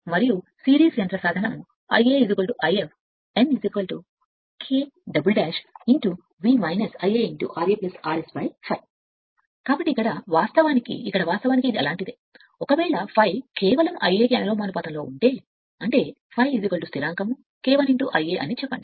మరియు సిరీస్ యంత్ర సాధనము Ia Ia కు అనులోమానుపాతంలో n చెప్పండి K రెట్టింపు V Ia ra R S Ia కాబట్టి ఇక్కడ వాస్తవానికి ఇక్కడ వాస్తవానికి ఇది అలాంటిదే ఒకవేళ ∅ కేవలం Ia కి అనులోమానుపాతంలో ఉంటే అంటే ∅ స్థిరాంకం K one Ia అని చెప్పండి